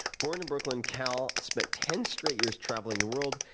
born in brooklyn, cal spent ten straight years traveling the world,